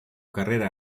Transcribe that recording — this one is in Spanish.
carrera